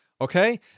okay